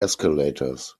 escalators